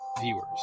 viewers